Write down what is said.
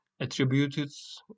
attributes